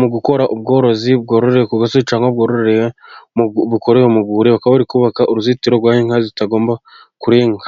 mu gukora ubworozi bwororewe ku gasozi cyangwa bwororewe bukorewe mu rwuri, bakaba bari kubaka uruzitiro rw'aho inka zitagomba kurenga.